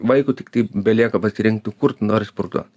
vaikui tiktai belieka pasirinkti kur tu nori sportuot